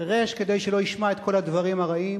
חירש כדי שלא ישמע את כל הדברים הרעים,